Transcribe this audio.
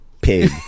pig